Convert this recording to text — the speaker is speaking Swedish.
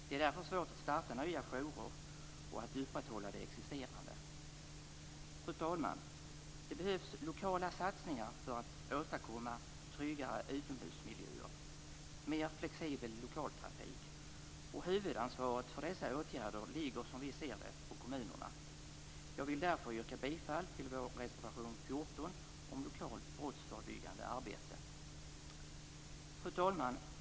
Det är därför svårt att starta nya jourer och att upprätthålla de existerande. Fru talman! Det behövs lokala satsningar för att åstadkomma tryggare utomhusmiljöer och mer flexibel lokaltrafik. Huvudansvaret för dessa åtgärder ligger, som vi ser det, på kommunerna. Jag vill därför yrka bifall till vår reservation 14 om lokalt brottsförebyggande arbete. Fru talman!